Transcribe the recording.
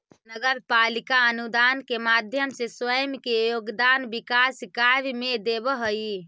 नगर पालिका अनुदान के माध्यम से स्वयं के योगदान विकास कार्य में देवऽ हई